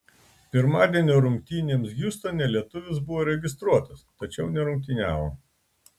pirmadienio rungtynėms hjustone lietuvis buvo registruotas tačiau nerungtyniavo